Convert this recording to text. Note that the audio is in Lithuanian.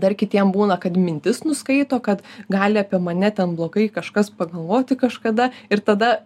dar kitiem būna kad mintis nuskaito kad gali apie mane ten blogai kažkas pagalvoti kažkada ir tada